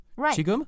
Right